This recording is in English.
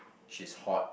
she's hot